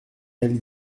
elles